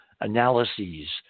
analyses